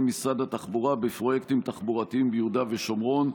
משרד התחבורה בפרויקטים תחבורתיים ביהודה ושומרון.